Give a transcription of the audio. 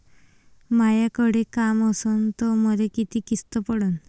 मायाकडे काम असन तर मले किती किस्त पडन?